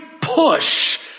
push